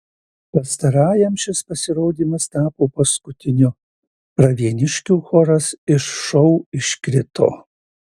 pastarajam šis pasirodymas tapo paskutiniu pravieniškių choras iš šou iškrito